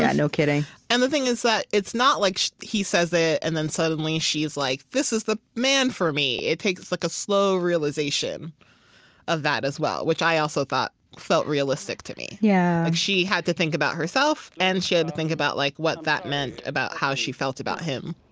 yeah no kidding and the thing is that it's not like he says it and then, suddenly, she's like, this is the man for me. it takes a like ah slow realization of that, as well, which i also thought felt realistic to me. yeah she had to think about herself, and she had to think about like what that meant about how she felt about him